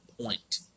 point